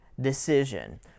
decision